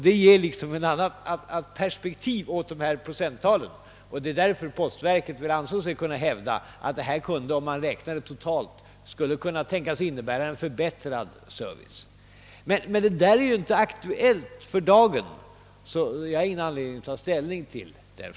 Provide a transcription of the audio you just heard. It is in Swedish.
Det ger ett annat perspektiv på procenttalet, och postverket ansåg sig därför kunna hävda att detta kan totalt sett tänkas innebära förbättrad service. Men denna fråga är inte aktuell för dagen, varför jag inte har någon anledning att ta ställning till den.